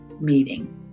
meeting